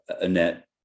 Annette